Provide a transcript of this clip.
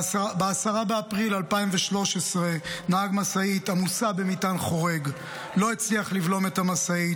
ב-10 באפריל 2013 נהג משאית עמוסה במטען חורג לא הצליח לבלום את המשאית,